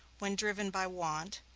when driven by want,